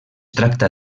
tracta